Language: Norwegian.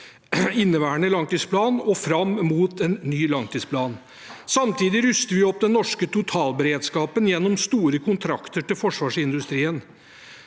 inneværende langtidsplan og fram mot en ny langtidsplan. Samtidig ruster vi opp den norske totalberedskapen gjennom store kontrakter til forsvarsindustrien.